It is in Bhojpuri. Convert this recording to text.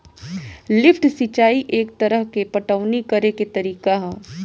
लिफ्ट सिंचाई एक तरह के पटवनी करेके तरीका ह